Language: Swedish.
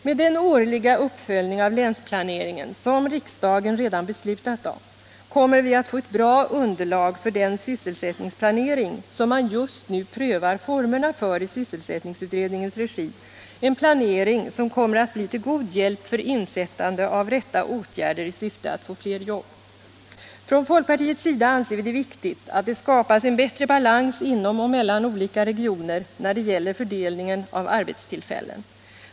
Med den årliga uppföljning av länsplaneringen som riksdagen redan beslutat om kommer vi att få ett bra underlag för den sysselsättningsplanering som man just nu prövar formerna för i sysselsättningsutredningens regi, en planering som kommer att bli till god hjälp för insättande av rätta åtgärder i syfte att skapa fler jobb. Från folkpartiets sida anser vi det viktigt att det skapas en bättre balans inom och mellan olika regioner när det gäller fördelningen av arbetstillfällen.